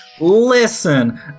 listen